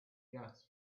gas